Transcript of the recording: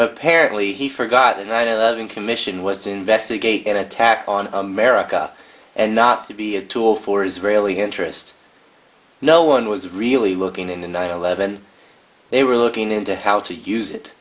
apparently he forgot the nine eleven commission was to investigate an attack on america and not to be a tool for israeli interest no one was really looking in the nine eleven they were looking into how to use it